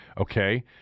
Okay